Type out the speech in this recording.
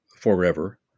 forever